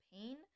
pain